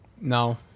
No